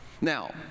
Now